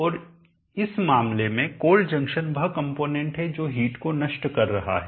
और इस मामले में कोल्ड जंक्शन वह कंपोनेंट है जो हिट को नष्ट कर रहा है